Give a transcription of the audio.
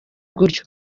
gutyo